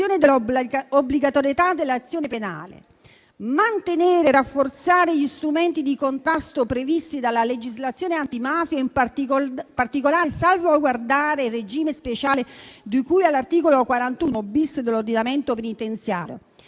mantenere e rafforzare gli strumenti di contrasto previsti dalla legislazione antimafia, in particolare salvaguardare il regime speciale di cui all'articolo 41-*bis* dell'ordinamento penitenziario;